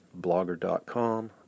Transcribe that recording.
blogger.com